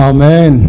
Amen